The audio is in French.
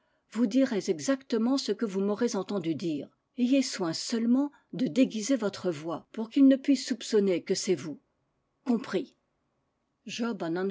vous direz exactement ce que vous m'aurez entendu dire ayez soin seulement de déguiser votre voix pour qu'il ne puisse soupçonner que c'est vous compris job